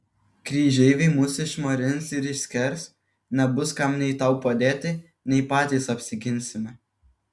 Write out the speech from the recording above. kryžeiviai mus išmarins ir išskers nebus kam nei tau padėti nei patys apsiginsime